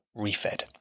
ReFed